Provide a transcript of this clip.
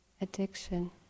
addiction